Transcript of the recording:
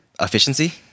efficiency